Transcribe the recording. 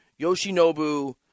Yoshinobu